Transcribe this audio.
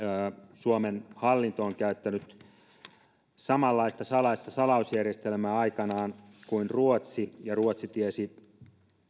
suomen hallinto on käyttänyt aikanaan samanlaista salaista salausjärjestelmää kuin ruotsi ja ruotsi tiesi